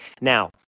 now